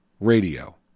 radio